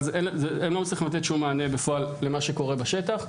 אבל הם לא מצליחים לתת מענה בפועל למה שקורה בשטח.